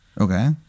Okay